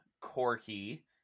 Corky